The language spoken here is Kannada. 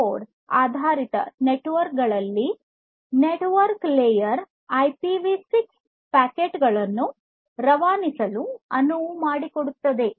4 ಆಧಾರಿತ ನೆಟ್ವರ್ಕ್ಗಳಲ್ಲಿ ನೆಟ್ವರ್ಕ್ ಲೇಯರ್ ನಿಂದ ಐಪಿವಿ6 ಪ್ಯಾಕೆಟ್ ಗಳನ್ನು ರವಾನಿಸಲು ಅನುವು ಮಾಡಿಕೊಳ್ಳುತ್ತವೆ